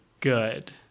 good